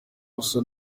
gusa